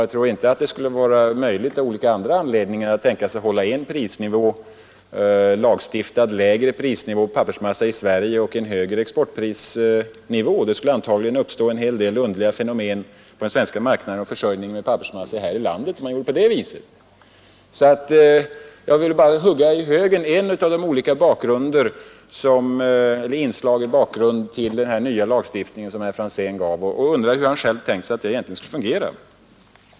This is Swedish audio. Jag tror heller inte att det av olika andra anledningar skulle vara möjligt att tänka sig hålla en lagstiftad lägre pappersmassenivå i Sverige och en högre exportprisnivå. Det skulle säkerligen uppstå en hel mängd underliga fenomen vid försäljning av pappersmassa här i landet, om man gjorde på det viset. Jag ville bara ur högen hugga ett av de olika inslagen i den bakgrund till den nya lagstiftning som herr Franzén angav. Jag undrar hur han själv tänker sig att det skulle fungera.